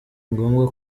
ngombwa